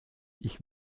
ich